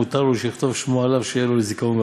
מותר לו שיכתוב שמו עליו שיהיה לו לזיכרון,